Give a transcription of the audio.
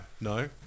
no